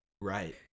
Right